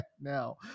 now